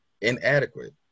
inadequate